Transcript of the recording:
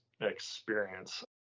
experience